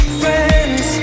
friends